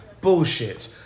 bullshit